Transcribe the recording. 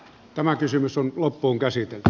tämä kysymys on loppuunkäsitelty